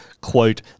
quote